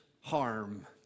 harm